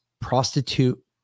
prostitute